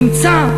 נמצא,